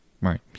Right